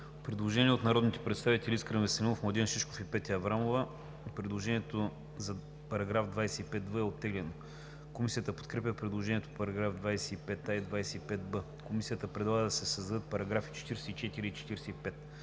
Предложение от народните представители Искрен Веселинов, Младен Шишков и Петя Аврамова. Предложението за § 25в е оттеглено. Комисията подкрепя предложението по § 25а и § 25б. Комисията предлага да се създадат параграфи 44 и 45: